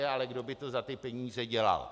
Ale kdo by to za ty peníze dělal?